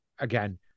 again